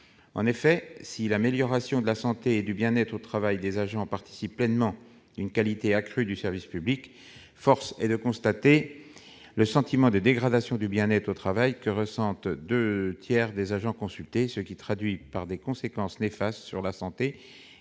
En effet, si l'amélioration de la santé et du bien-être au travail des agents contribue pleinement à une qualité accrue du service public, force est de constater le sentiment de dégradation du bien-être au travail que ressentent les deux tiers des agents consultés, ce qui se traduit par des conséquences néfastes sur la santé et une